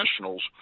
nationals